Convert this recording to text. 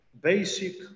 basic